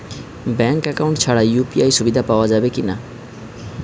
Bank account ছাড়া UPI সুবিধা পাওয়া যাবে কি না?